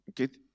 Okay